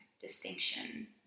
distinction